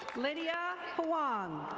lydia huan.